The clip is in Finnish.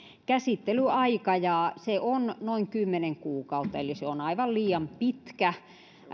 käsittelyaika ja se on noin kymmenen kuukautta eli se on aivan liian pitkä